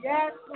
Yes